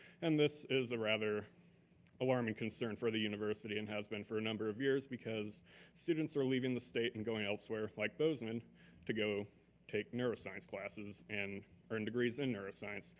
and this is a rather alarming concern for the university. it and has been for a number of years because students are leaving the state and going elsewhere like bozeman to go take neuroscience classes and earn degrees in neuroscience.